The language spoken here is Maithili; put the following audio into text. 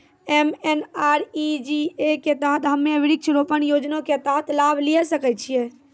एम.एन.आर.ई.जी.ए के तहत हम्मय वृक्ष रोपण योजना के तहत लाभ लिये सकय छियै?